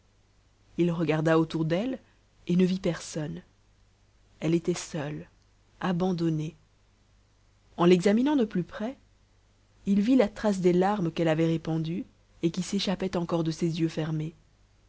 il regarda autour d'elle et ne vit personne elle était seule abandonnée en l'examinant de plus près il vit la trace des larmes qu'elle avait répandues et qui s'échappaient encore de ses yeux fermés